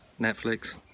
netflix